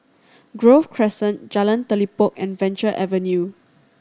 Grove Crescent Jalan Telipok and Venture Avenue